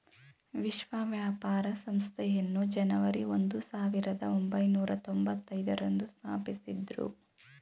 ವಿಶ್ವ ವ್ಯಾಪಾರ ಸಂಸ್ಥೆಯನ್ನು ಜನವರಿ ಒಂದು ಸಾವಿರದ ಒಂಬೈನೂರ ತೊಂಭತ್ತೈದು ರಂದು ಸ್ಥಾಪಿಸಿದ್ದ್ರು